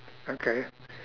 okay